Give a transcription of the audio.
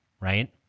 right